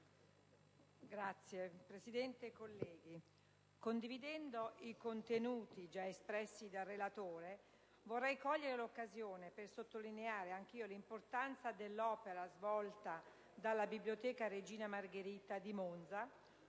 Signora Presidente, colleghi, condividendo i contenuti già espressi dal relatore, vorrei cogliere l'occasione per sottolineare anch'io l'importanza dell'opera svolta dalla Biblioteca «Regina Margherita» di Monza,